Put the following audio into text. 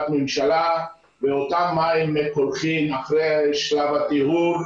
ממשלה באותם מי קולחים אחרי שלב הטיהור.